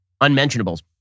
unmentionables